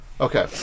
Okay